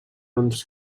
ens